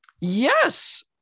Yes